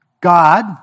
God